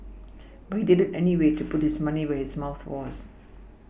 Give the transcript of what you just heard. but he did it anyway to put his money where his mouth was